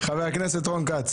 חבר הכנסת רון כץ.